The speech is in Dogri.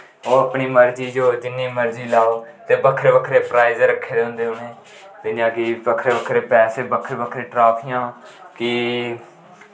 ओह् अपनी मर्जी जो जिन्नी मर्जी लाओ ते बक्खरे बक्खरे प्राईज़ रक्खे दे होंदे उ'नें जियां कि बक्खरे बक्खरे पैसे बक्खरे बक्खरे ट्राफियां फ्ही